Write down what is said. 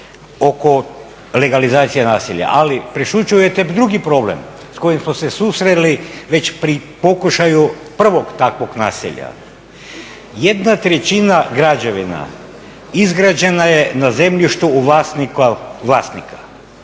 oko legalizacije naselja, ali prešućujete drugi problem s kojim smo se susreli već pri pokušaju prvog takvog naselja. Jedna trećina građevina izgrađena je na zemljištu vlasnika,